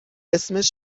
اسمش